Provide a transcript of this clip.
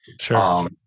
Sure